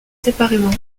séparément